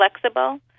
flexible